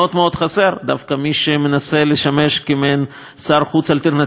דווקא ממי שמנסה לשמש כמעין שר חוץ אלטרנטיבי של הממשלה